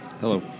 Hello